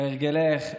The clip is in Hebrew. כהרגלך,